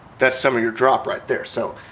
that's some of your drop right there so,